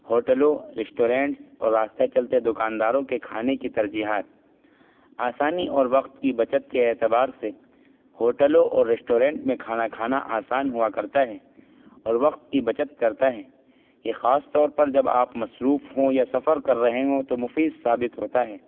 ہوٹلوں ریسٹورینٹس اور راستہ چلتے دکانداروں کے کھانے کی ترجیحات آسانی اور وقت کی بچت کے اعتبار سے ہوٹلوں اور ریسٹورینٹ میں کھانا کھانا آسان ہوا کرتا ہے اور وقت کی بچت کرتا ہے یہ خاص طور پر جب آپ مصروف ہوں یا سفر کر رہے ہوں تو مفید ثابت ہوتا ہے